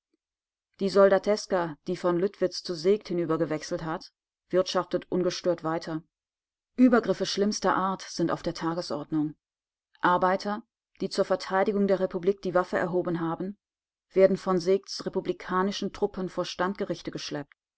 die soldateska die von lüttwitz zu seeckt hinübergewechselt hat wirtschaftet ungestört weiter übergriffe schlimmster art sind auf der tagesordnung arbeiter die zur verteidigung der republik die waffe erhoben haben werden von seeckts republikanischen truppen vor standgerichte geschleppt